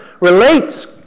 relates